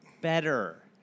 better